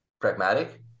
pragmatic